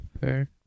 Fair